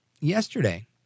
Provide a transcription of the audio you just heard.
yesterday